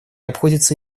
обходится